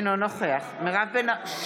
אינו נוכח מירב בן ארי,